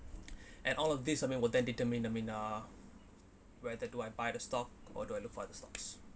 and all of these I mean would them determine I mean uh whether do I buy the stock or do I look for the stocks